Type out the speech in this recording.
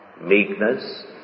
meekness